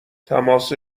تماس